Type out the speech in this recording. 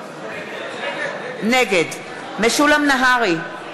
נגד משולם נהרי,